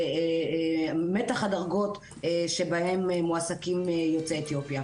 מתח הדרגות שבהם מועסקים יוצאי אתיופיה.